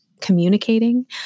communicating